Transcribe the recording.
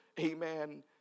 amen